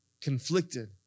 conflicted